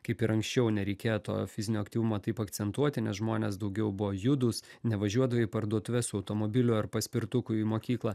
kaip ir anksčiau nereikėjo to fizinio aktyvumo taip akcentuoti nes žmonės daugiau buvo judūs nevažiuodavo į parduotuves su automobiliu ar paspirtuku į mokyklą